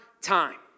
time